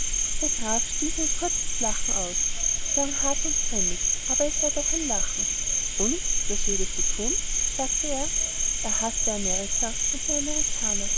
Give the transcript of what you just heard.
der graf stieß ein kurzes lachen aus es klang hart und grimmig aber es war doch ein lachen und das würdest du thun sagte er er haßte amerika und die amerikaner